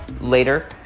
Later